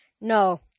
No